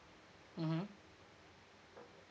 mmhmm